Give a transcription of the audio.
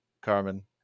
Carmen